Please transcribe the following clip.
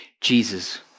Jesus